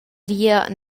via